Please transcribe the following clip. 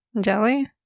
Jelly